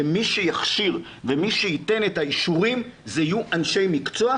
שמי שיכשיר ומי שייתן את האישורים יהיו אנשי מקצוע,